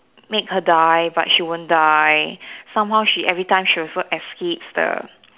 make her die but she won't die somehow she every time she also escapes the